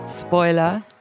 spoiler